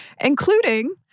including